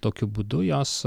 tokiu būdu jos